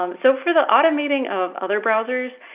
um so for the automating of other browsers,